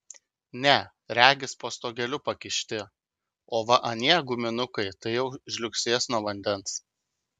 ne regis po stogeliu pakišti o va anie guminukai tai jau žliugsės nuo vandens